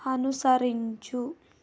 అనుసరించు